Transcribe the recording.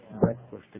breakfast